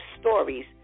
stories